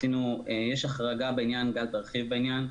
יש החרגה בעניין גל תרחיב בעניין.